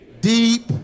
deep